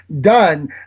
done